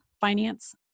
finance